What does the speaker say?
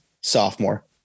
sophomore